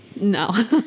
No